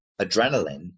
adrenaline